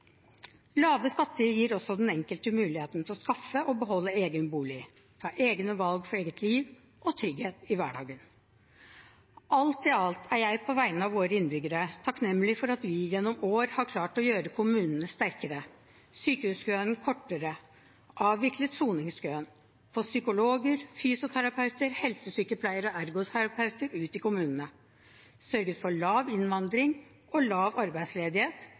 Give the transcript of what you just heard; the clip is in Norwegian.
Lave skatter gir også den enkelte muligheten til å skaffe og beholde egen bolig, ta egne valg for eget liv og trygghet i hverdagen. Alt i alt er jeg på vegne av våre innbyggere takknemlig for at vi gjennom år har klart å gjøre kommunene sterkere og sykehuskøene kortere, avviklet soningskøen, fått psykologer, fysioterapeuter, helsesykepleiere og ergoterapeuter ut i kommunene og sørget for lav innvandring og lav arbeidsledighet,